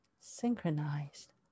synchronized